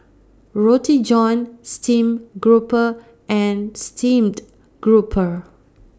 Roti John Stream Grouper and Steamed Grouper